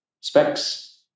specs